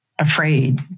Afraid